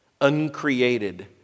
uncreated